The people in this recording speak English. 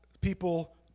people